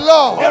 Lord